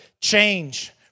change